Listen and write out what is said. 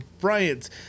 Bryant